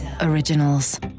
originals